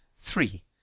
three